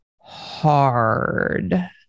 hard